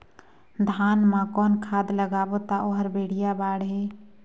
धान मा कौन खाद लगाबो ता ओहार बेडिया बाणही?